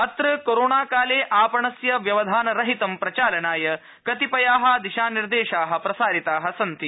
अत्र कोरोणाकाले आपणस्य व्यवधानरहितं प्रचालनाय कतिपया दिशा निर्देशा प्रसारिता सन्ति